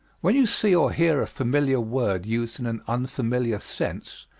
when you see or hear a familiar word used in an unfamiliar sense,